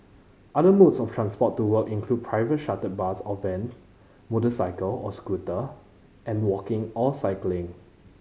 other modes of transport to work include private chartered bus or vans motorcycle or scooter and walking or cycling